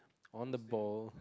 on the ball